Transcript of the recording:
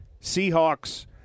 Seahawks